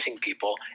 people